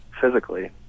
physically